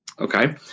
Okay